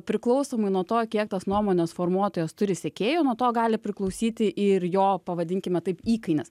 priklausomai nuo to kiek tos nuomonės formuotojas turi sekėjų nuo to gali priklausyti ir jo pavadinkime taip įkainis